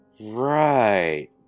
Right